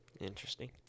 Interesting